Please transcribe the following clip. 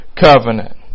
covenant